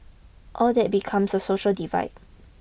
all that becomes a social divide